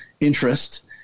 interest